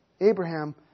Abraham